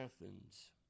Athens